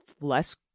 less